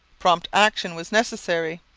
prompt action was necessary.